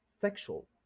sexual